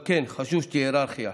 אבל, כן, חשוב שתהיה היררכיה,